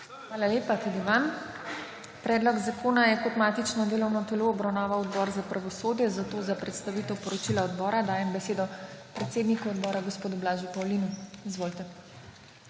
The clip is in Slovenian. Hvala lepa tudi vam. Predlog zakona je kot matično delovno telo obravnaval Odbor za pravosodje, zato za predstavitev poročila odbora dajem besedo predsedniku odbora gospodu Blažu Pavlinu. Izvolite.